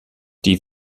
die